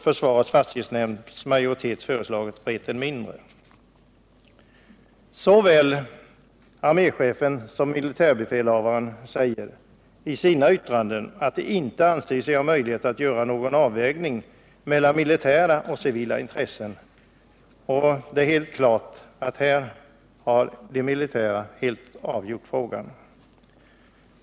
Försvarets fastighetsnämnds majoritet har föreslagit Vreten mindre. Såväl arméchefen som militärbefälhavaren säger i sina yttranden att de inte anser sig ha möjlighet att göra någon avvägning mellan militära och civila intressen. Det är dock helt klart att de militära intressena här har avgjort frågan.